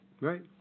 Right